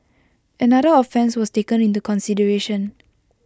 another offence was taken into consideration